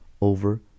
over